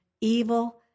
evil